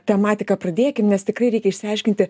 tematiką pradėkim nes tikrai reikia išsiaiškinti